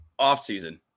offseason